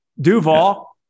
Duval